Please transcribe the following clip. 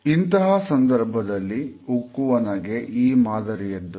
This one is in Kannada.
ಇಂತಹ ಸಂದರ್ಭದಲ್ಲಿ ಉಕ್ಕುವ ನಗೆ ಈ ಮಾದರಿಯದ್ದು